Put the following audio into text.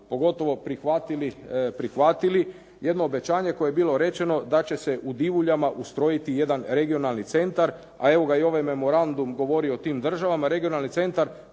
pogotovo prihvatili, jedno obećanje koje je bilo rečeno da će se u Divuljama ustrojiti jedan regionalni centar, a evo ga i ovaj memorandum govori o tim državama, regionalni centar